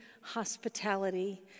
hospitality